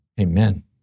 Amen